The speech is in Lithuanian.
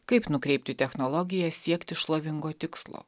kaip nukreipti technologijas siekti šlovingo tikslo